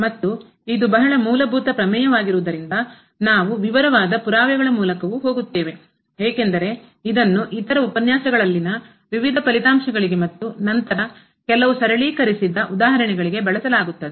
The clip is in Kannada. ಮತ್ತು ಇದು ಬಹಳ ಮೂಲಭೂತ ಪ್ರಮೇಯವಾಗಿರುವುದರಿಂದ ನಾವು ವಿವರವಾದ ಪುರಾವೆಗಳ ಮೂಲಕವೂ ಹೋಗುತ್ತೇವೆ ಏಕೆಂದರೆ ಇದನ್ನು ಇತರ ಉಪನ್ಯಾಸಗಳಲ್ಲಿನ ವಿವಿಧ ಫಲಿತಾಂಶಗಳಿಗೆ ಮತ್ತು ನಂತರ ಕೆಲವು ಸರಳೀಕರಿಸಿದ ವರ್ಕ್ ಮಾಡಿದ ಉದಾಹರಣೆಗಳಿಗೆ ಬಳಸಲಾಗುತ್ತದೆ